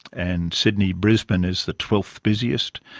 and sydney-brisbane is the twelfth busiest.